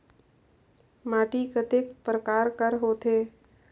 माटी कतेक परकार कर होथे?